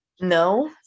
No